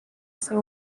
ser